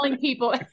people